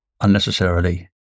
unnecessarily